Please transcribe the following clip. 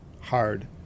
hard